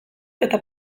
eta